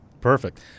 Perfect